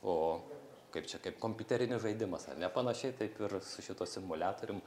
o kaip čia kaip kompiuterinis žaidimas ar ne panašiai taip ir su šituo simuliatorium